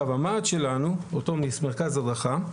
עכשיו, המה"ד, אותו מרכז הדרכה,